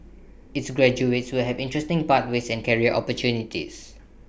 its graduates will have interesting pathways and career opportunities